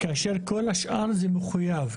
כאשר כל השר זה מחויב.